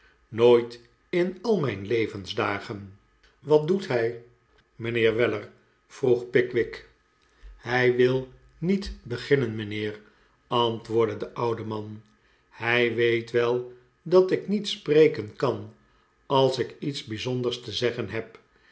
nooit in al mijn levensdagen wat doet hij mijnheer weller vroeg pickwick hij wil niet beginnen mijnheer antwoordde de oude man hij weet wel dat ik niet spreken kan als ik iets bijzonders te zeggen heb